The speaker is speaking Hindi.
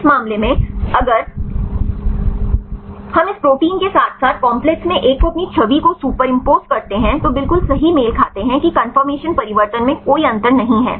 इस मामले में अगर हम इस प्रोटीन के साथ साथ काम्प्लेक्स में एक को अपनी छवि को सुपरइंपोज़ करते हैं तो बिल्कुल सही मेल खाते हैं कि कंफर्मेशन परिवर्तन में कोई अंतर नहीं है